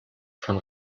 von